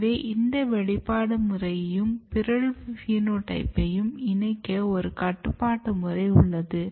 எனவே இந்த வெளிப்பாட்டு முறையையும் பிறழ்வு பினோடைப்பையும் இணைக்க ஒரு கட்டுப்பாடு முறை உள்ளது